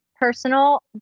personal